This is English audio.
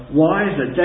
wiser